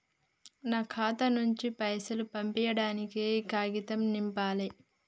నా ఖాతా నుంచి పైసలు పంపించడానికి ఏ కాగితం నింపాలే?